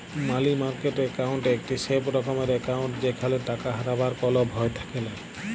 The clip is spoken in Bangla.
মালি মার্কেট একাউন্ট একটি স্যেফ রকমের একাউন্ট যেখালে টাকা হারাবার কল ভয় থাকেলা